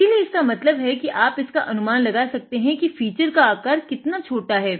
इसीलिए इसका मतलब है कि आप इसका अनुमान लगा सकते है कि फीचर साइज़ कितना छोटा है